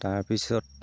তাৰপিছত